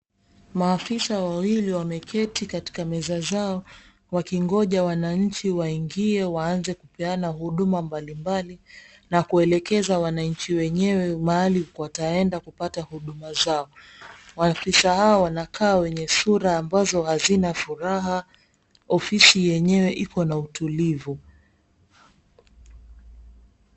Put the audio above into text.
Maafisa wawili wameketi katika meza zao, wakingoja wananchi waingie waanze kupeana huduma mbalimbali na kuelekeza wananchi wenyewe mahali wataenda kupata huduma zao. Maafisa hao wanakaa wenye sura ambazo hazina furaha, ofisi yenyewe ikona utulivu.